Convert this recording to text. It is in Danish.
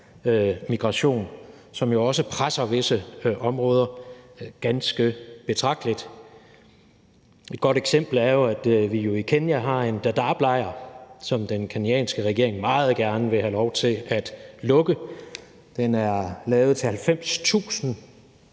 migration, som jo også presser visse områder ganske betragteligt. Et godt eksempel er jo, at vi i Kenya har Dadaablejren, som den kenyanske regering meget gerne vil have lov til at lukke. Den er lavet til 90.000